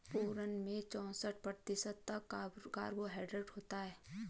prune में चौसठ प्रतिशत तक कार्बोहायड्रेट होता है